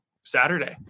Saturday